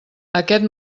aquest